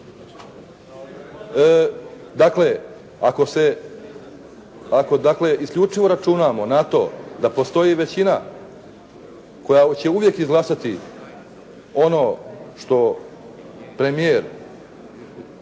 dakle isključivo računamo na to da postoji većina koja će uvijek izglasati ono što premijer